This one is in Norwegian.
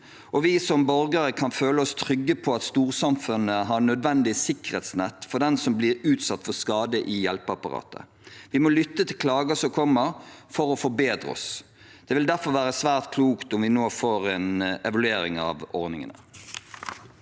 vi som borgere kan føle oss trygge på at storsamfunnet har et nødvendig sikkerhetsnett for den som blir utsatt for skade i hjelpeapparatet. Vi må lytte til klager som kommer, for å forbedre oss. Det vil derfor være svært klokt om vi nå får en evaluering av ordningen.